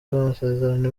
amasezerano